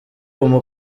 umu